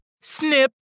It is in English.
Snip